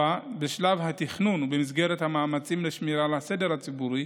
בשלב התכנון ובמסגרת המאמצים לשמירה על הסדר הציבורי,